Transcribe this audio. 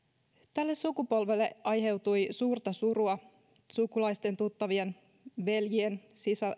tälle sukupolvelle aiheutui suurta surua sukulaisten tuttavien veljien